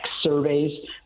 surveys